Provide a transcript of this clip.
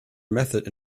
method